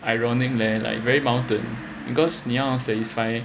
ironic leh like very 矛盾 because you need to satisfy